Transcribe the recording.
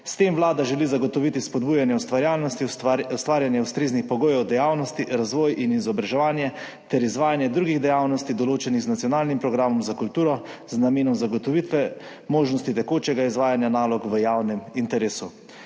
S tem želi vlada zagotoviti spodbujanje ustvarjalnosti, ustvarjanje ustreznih pogojev dejavnosti, razvoj in izobraževanje ter izvajanje drugih dejavnosti, določenih z nacionalnim programom za kulturo, z namenom zagotovitve možnosti tekočega izvajanja nalog v javnem interesu.